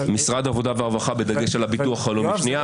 משרד העבודה והרווחה בדגש על הביטוח הלאומי --- יואב,